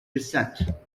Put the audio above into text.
descent